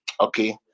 Okay